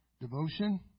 Devotion